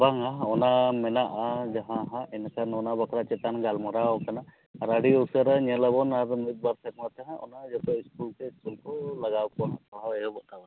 ᱵᱟᱝᱟ ᱚᱱᱟ ᱢᱮᱱᱟᱜᱼᱟ ᱡᱟᱦᱟᱸ ᱦᱟᱸᱜ ᱤᱱᱟᱹᱠᱷᱟᱱ ᱚᱱᱟ ᱵᱟᱠᱷᱨᱟ ᱪᱮᱛᱟᱱ ᱜᱟᱞᱢᱟᱨᱟᱣ ᱠᱟᱱᱟ ᱟᱨ ᱟᱹᱰᱤ ᱩᱥᱟᱹᱨᱟ ᱧᱮᱞᱟᱵᱚᱱ ᱱᱚᱣᱟ ᱫᱚ ᱢᱤᱫᱵᱟᱨ ᱥᱮᱨᱢᱟ ᱛᱮᱦᱚᱸ ᱚᱱᱟ ᱡᱷᱚᱛᱚ ᱥᱠᱩᱞ ᱛᱮ ᱥᱠᱩᱞ ᱠᱚ ᱞᱟᱜᱟᱣ ᱠᱚᱣᱟ ᱦᱟᱸᱜ ᱯᱟᱲᱦᱟᱣ ᱮᱦᱚᱵᱚᱜ ᱛᱟᱵᱚᱱᱟ